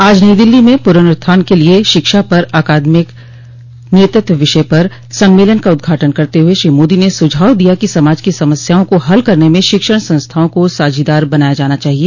आज नई दिल्ली में पुनरुत्थान के लिए शिक्षा पर अकादमिक नेतृत्व विषय पर सम्मेलन का उद्घाटन करते हुए श्री मोदी ने सुझाव दिया कि समाज की समस्याओं को हल करने में शिक्षण संस्थाओं को साझीदार बनाया जाना चाहिए